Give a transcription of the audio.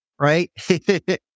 right